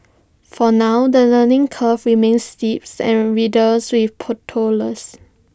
for now the learning curve remains steep and riddled with